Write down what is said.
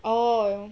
oh